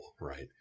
right